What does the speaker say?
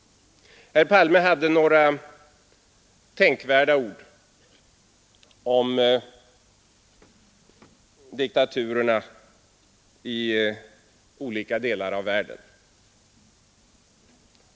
Herr Palme framförde några tänkvärda ord om diktaturerna i olika delar av världen.